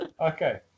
Okay